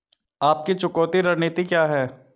आपकी चुकौती रणनीति क्या है?